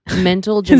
Mental